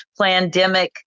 plandemic